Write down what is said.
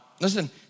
Listen